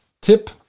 tip